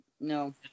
No